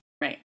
Right